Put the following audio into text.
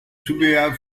zubehör